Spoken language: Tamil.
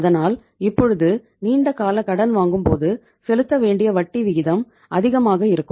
அதனால் இப்பொழுது நீண்டகால கடன் வாங்கும்போது செலுத்த வேண்டிய வட்டி விகிதம் அதிகமாக இருக்கும்